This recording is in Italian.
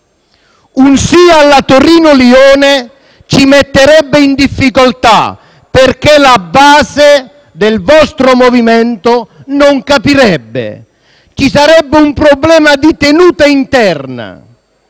«Un sì alla Torino-Lione ci metterebbe in difficoltà perché la base», del vostro MoVimento, «non capirebbe. Ci sarebbe un problema di tenuta interna